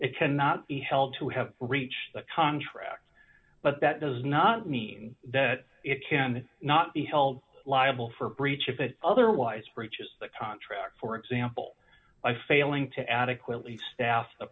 it cannot be held to have reached the contract but that does not mean that it can not be held liable for breach if it otherwise breaches the contract for example by failing to adequately staff the